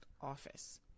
office